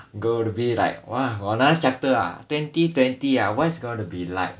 going to be like !wah! nice chapter ah twenty twenty ah what's gonna be like